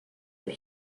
that